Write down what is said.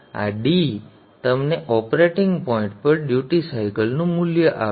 આ ડી તમને operating point પર ડ્યુટી સાયકલનું મૂલ્ય આપશે